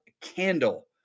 candle